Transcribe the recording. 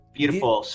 beautiful